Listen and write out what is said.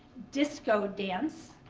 disco dance,